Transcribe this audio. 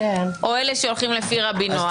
או אלה שהולכים לפי רבי נוח.